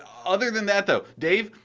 other than that though, dave,